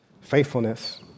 faithfulness